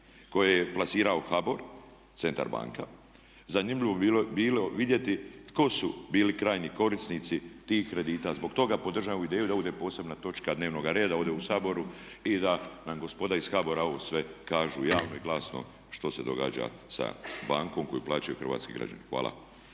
koje je plasirao HBOR, Centar banka. Zanimljivo bi bilo vidjeti tko su bili krajnji korisnici tih kredita? Zbog toga podržavam ovu ideju da ovo bude posebna točka dnevnoga reda ovdje u Saboru i da nam gospoda iz HBOR-a ovo sve kažu javno i glasno što se događa sa bankom koju plaćaju hrvatski građani. Hvala.